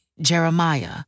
Jeremiah